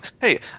Hey